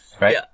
Right